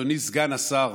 אדוני סגן השר,